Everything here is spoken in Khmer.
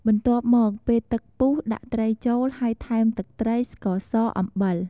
បន្ទាប់មក ពេលទឹកពុះ ដាក់ត្រីចូល ហើយថែមទឹកត្រី ស្ករស អំបិល។